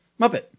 Muppet